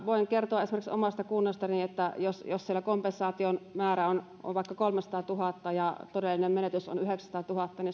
voin kertoa esimerkiksi omasta kunnastani että jos jos siellä kompensaation määrä on vaikka kolmesataatuhatta ja todellinen menetys on